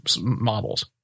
models